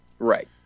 Right